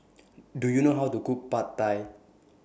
Do YOU know How to Cook Pad Thai